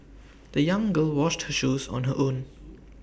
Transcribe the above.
the young girl washed her shoes on her own